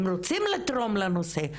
הם רוצים לתרום לנושא,